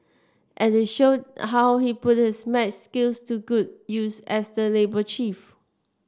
and he showed how he put his maths skills to good use as the labour chief